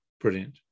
brilliant